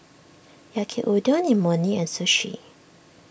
Yaki Udon Imoni and Sushi